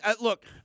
look